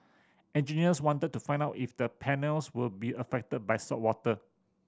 engineers wanted to find out if the panels would be affected by saltwater